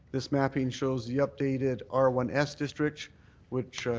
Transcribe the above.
this mapping shows the updated r one s district which